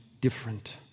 different